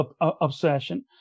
obsession